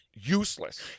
useless